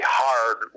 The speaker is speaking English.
hard